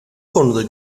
konuda